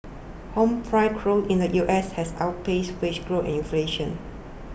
home price crow in the U S has outpaced wage growth and inflation